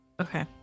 Okay